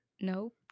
Nope